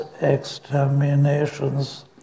exterminations